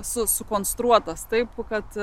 sukonstruotas taip kad